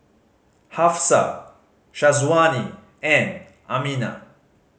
Hafsa Syazwani and Aminah